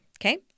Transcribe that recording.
Okay